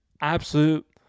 absolute